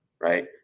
right